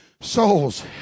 souls